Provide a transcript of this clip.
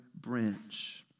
branch